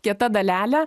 kieta dalelė